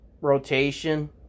rotation